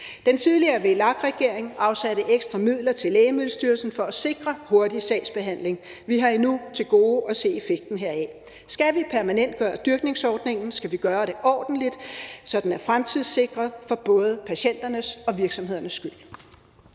Den tidligere VLAK-regering afsatte ekstra midler til Lægemiddelstyrelsen for at sikre hurtig sagsbehandling. Vi har endnu til gode at se effekten heraf. Skal vi permanentgøre dyrkningsordningen, skal vi gøre det ordentligt, så den er fremtidssikret for både patienternes og virksomhedernes skyld.